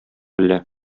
әллә